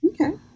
Okay